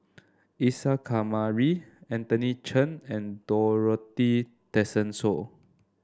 Isa Kamari Anthony Chen and Dorothy Tessensohn